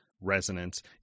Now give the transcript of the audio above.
resonance